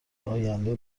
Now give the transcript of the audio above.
آینده